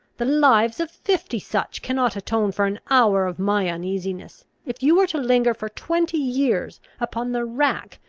the lives of fifty such cannot atone for an hour of my uneasiness. if you were to linger for twenty years upon the rack,